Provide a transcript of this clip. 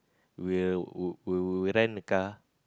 we'll would we would rent a car